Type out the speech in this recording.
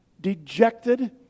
dejected